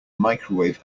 microwave